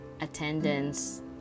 attendance